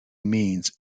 means